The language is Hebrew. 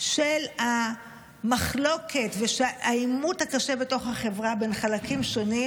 של המחלוקת ושל העימות הקשה בתוך החברה בין חלקים שונים,